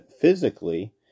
physically